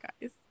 guys